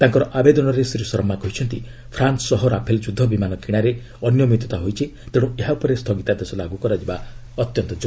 ତାଙ୍କର ଆବେଦନରେ ଶ୍ରୀ ଶର୍ମା କହିଛନ୍ତି ଫ୍ରାନ୍ୱ ସହ ରାଫେଲ୍ ଯୁଦ୍ଧ ବିମାନ କିଣାରେ ଅନିୟମିତତା ହୋଇଛି ତେଣୁ ଏହା ଉପରେ ସ୍ଥଗିତାଦେଶ ଲାଗୁ କରାଯିବା ଆବଶ୍ୟକ